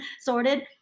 sorted